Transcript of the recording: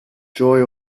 joy